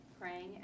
praying